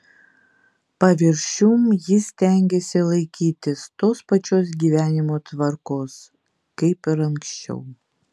paviršium jis stengėsi laikytis tos pačios gyvenimo tvarkos kaip ir anksčiau